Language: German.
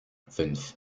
fünf